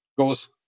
goes